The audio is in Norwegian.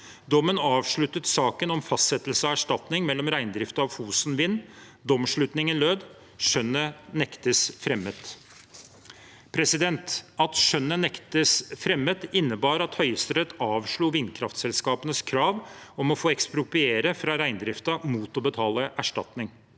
Dommen avsluttet saken om fastsettelse av erstatning mellom reindriften og Fosen Vind. Domsslutningen lød «skjønnet nektes fremmet». At «skjønnet nektes fremmet», innebar at Høyesterett avslo vindkraftselskapenes krav om å få ekspropriere fra reindriften mot å betale erstatning.